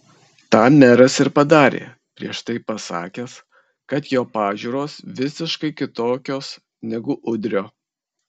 tą meras ir padarė prieš tai pasakęs kad jo pažiūros visiškai kitokios negu udrio